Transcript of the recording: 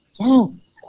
Yes